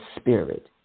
Spirit